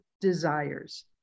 desires